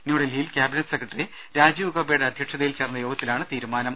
ന്യൂഡൽഹിയിൽ cabinet secretary രാജീവ്ഗൌബയുടെ അധ്യക്ഷതയിൽ ചേർന്ന യോഗത്തിലാണ് തീരുമാനം